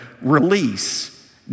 release